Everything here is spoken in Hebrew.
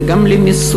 אלא גם במיסוי,